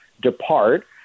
depart